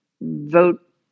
vote